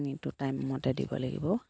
পানীটো টাইম মতে দিব লাগিব